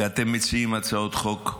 ואתם מציעים הצעות חוק,